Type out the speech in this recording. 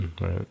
Right